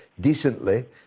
decently